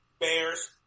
bears